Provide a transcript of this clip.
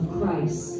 Christ